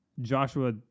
Joshua